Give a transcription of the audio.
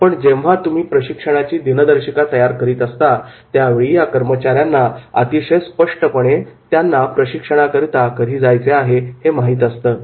पण जेव्हा तुम्ही प्रशिक्षणाची दिनदर्शिका तयार करीत असता त्यावेळी या कर्मचाऱ्यांना अतिशय स्पष्टपणे त्यांना प्रशिक्षणाकरिता कधी जायचे आहे हे माहीत असतं